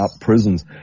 prisons